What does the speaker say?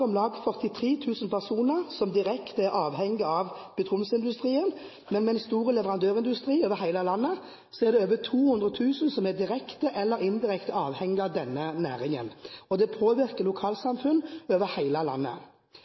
om lag 43 000 personer som direkte er avhengig av petroleumsindustrien, men med en stor leverandørindustri over hele landet er det over 200 000 som er direkte eller indirekte avhengig av denne næringen. Det påvirker lokalsamfunn over hele landet.